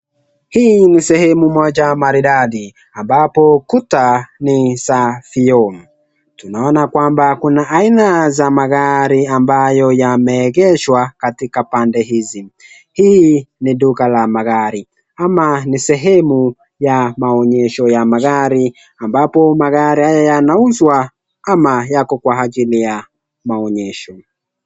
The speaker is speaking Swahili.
Hii ni sehemu moja maridadi ambapo ukuta ni za vioo. Tunoana kwamba kuna aina za magari ambayo yameegeshwa katika pande hizi. Hii ni duka la magari ama ni sehemu ya maonyesho ya magari ambapo magari haya yanauzwa ama yako kwa ajili ya maonyesho.